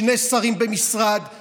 שני שרים במשרד,